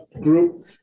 group